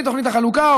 מתוכנית החלוקה,